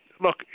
Look